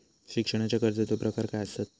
शिक्षणाच्या कर्जाचो प्रकार काय आसत?